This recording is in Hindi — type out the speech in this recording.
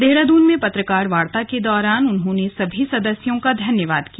देहरादून में पत्रकार वार्ता के दौरान उन्होंने सभी सदस्यों का धन्यवाद किया